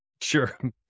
sure